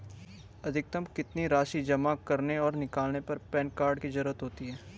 अधिकतम कितनी राशि जमा करने और निकालने पर पैन कार्ड की ज़रूरत होती है?